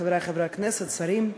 חברי חברי הכנסת, שרים,